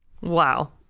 Wow